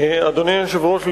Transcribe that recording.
אדוני היושב-ראש,